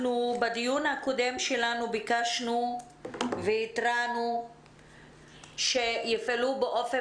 בדיון הקודם שלנו ביקשנו והתרענו שיפעלו באופן